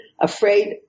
afraid